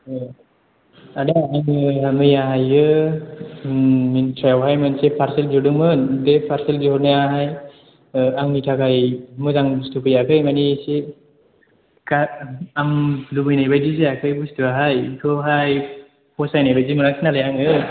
औ आदा नैबे मैयाहाइयो मेनथ्रायावहाय मोनसे पारसेल बिहरदोंमोन बे पारसेलनि बिहरनायाहाय आंनि थाखाय मोजां बस्थु फैयाखै मानि एसे आं लुबैनाय बायदि जायासै बुस्थुआहाय बिखौहाय फसायनाय बायदि मोनासै नालाय आङो